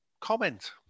comment